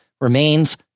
remains